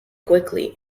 quickly